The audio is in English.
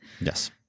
Yes